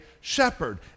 shepherd